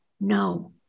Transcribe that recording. no